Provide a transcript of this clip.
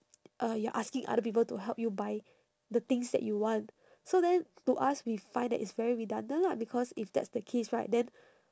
uh you're asking other people to help you buy the things that you want so then to us we find that it's very redundant lah because if that's the case right then